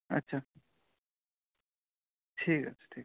আচ্ছা ঠিক আছে ঠিক আছে